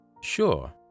Sure